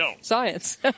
science